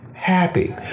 happy